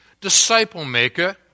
disciple-maker